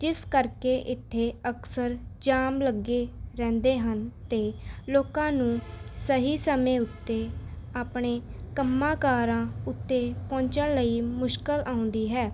ਜਿਸ ਕਰਕੇ ਇੱਥੇ ਅਕਸਰ ਜਾਮ ਲੱਗੇ ਰਹਿੰਦੇ ਹਨ ਅਤੇ ਲੋਕਾਂ ਨੂੰ ਸਹੀ ਸਮੇਂ ਉੱਤੇ ਆਪਣੇ ਕੰਮਾਂ ਕਾਰਾਂ ਉੱਤੇ ਪਹੁੰਚਣ ਲਈ ਮੁਸ਼ਕਲ ਆਉਂਦੀ ਹੈ